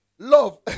Love